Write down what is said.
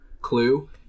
clue